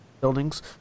buildings